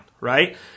right